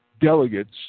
delegates